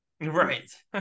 Right